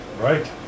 Right